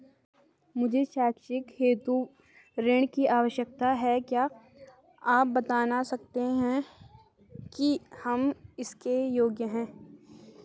मुझे शैक्षिक हेतु ऋण की आवश्यकता है क्या आप बताना सकते हैं कि हम इसके योग्य हैं?